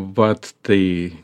vat tai